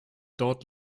dort